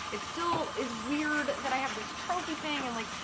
it's still is weird that i have this trophy thing and like,